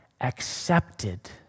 accepted